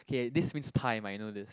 okay this means time I know this